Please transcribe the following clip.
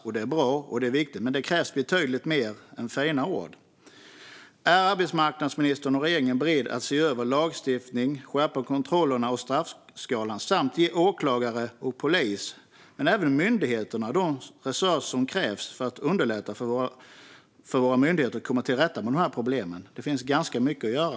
Detta är bra och viktigt, men det krävs betydligt mer än fina ord. Är arbetsmarknadsministern och regeringen beredda att se över lagstiftningen, skärpa kontrollerna och straffskalan samt ge åklagare och polis men även myndigheterna de resurser som krävs för att underlätta för våra myndigheter att komma till rätta med problemen? Det finns ganska mycket att göra.